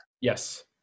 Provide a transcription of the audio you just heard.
Yes